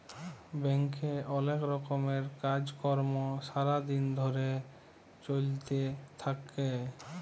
ব্যাংকে অলেক রকমের কাজ কর্ম সারা দিন ধরে চ্যলতে থাক্যে